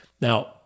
now